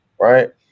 Right